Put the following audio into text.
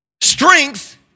Strength